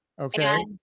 Okay